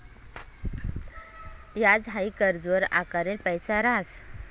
याज हाई कर्जवर आकारेल पैसा रहास